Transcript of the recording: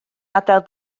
adael